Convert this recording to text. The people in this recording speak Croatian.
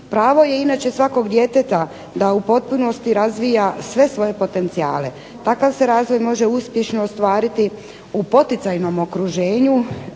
Pravo je inače svakog djeteta da u potpunosti razvija sve svoje potencijale. Takav se razvoj može uspješno ostvariti u poticajnom okruženju